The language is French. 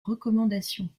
recommandations